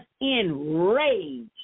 enraged